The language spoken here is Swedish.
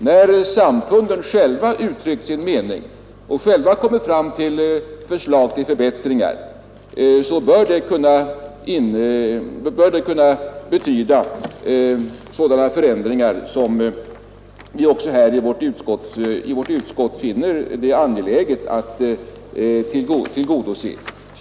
När samfunden själva uttryckt sin mening och själva kommit fram till förslag om förbättringar bör det kunna betyda sådana förändringar som vi också här i utskottet finner det angeläget att tillgodose.